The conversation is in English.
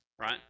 right